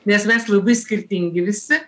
nes mes labai skirtingi visi